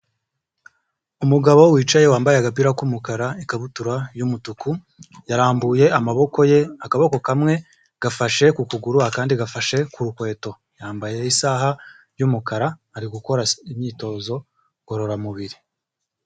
Umugabo wicaye wambaye agapira k'umukara ikabutura y'umutuku yarambuye amaboko ye akaboko kamwe gafashe ku kuguru akandi gafashe ku kweto yambaye isaha y'umukara ari gukora imyitozo ngororamubiri.